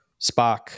Spock